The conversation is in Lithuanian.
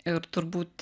ir turbūt